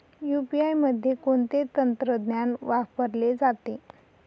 UPI मध्ये कोणते तंत्रज्ञान वापरले जाते?